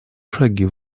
шаги